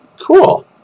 Cool